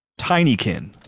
Tinykin